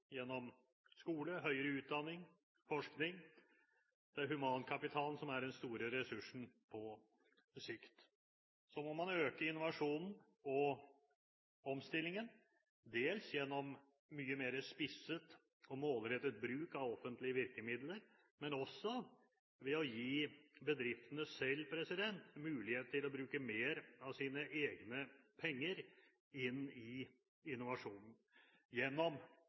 gjennom skole, høyere utdanning og forskning. Det er humankapitalen som er den store ressursen på sikt. Så må man øke innovasjonen og omstillingen, dels gjennom mye mer spisset og målrettet bruk av offentlige virkemidler, men også ved å gi bedriftene selv mulighet til å bruke mer av sine egne penger inn i innovasjonen gjennom